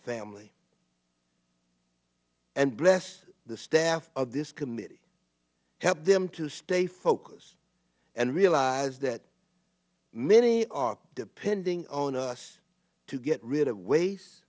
family and bless the staff of this committee help them to stay focused and realize that many are depending on us to get rid of wa